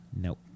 nope